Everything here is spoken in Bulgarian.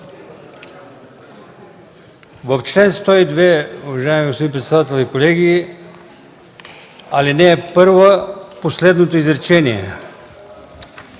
В чл. 102, уважаеми господин председател и колеги, ал. 1, последното изречение: